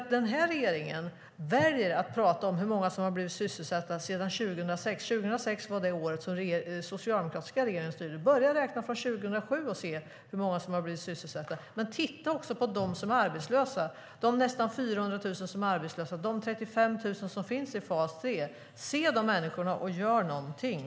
Den här regeringen väljer att prata om hur många som har blivit sysselsatta sedan 2006. Det var det året som den socialdemokratiska regeringen styrde. Börja räkna från 2007 och se hur många som har blivit sysselsatta. Men titta också på de nästan 400 000 som är arbetslösa och de 35 000 som finns i fas 3. Se de människorna och gör någonting!